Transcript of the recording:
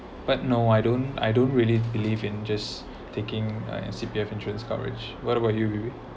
but no I don't I don't really believe in just taking a C_P_F insurance coverage what about you reina